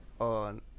on